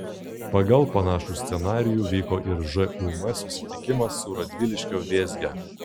pagal panašų scenarijų vyko ir žūm susitikimas su radviliškio vėzge